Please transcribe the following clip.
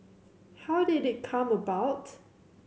how did it come about